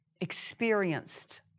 experienced